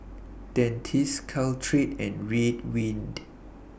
Dentiste Caltrate and Ridwind